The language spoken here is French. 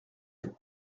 est